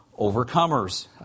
overcomers